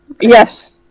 yes